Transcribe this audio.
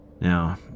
Now